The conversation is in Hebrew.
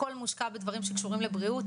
הכול מושקע בדברים שקשורים לבריאות,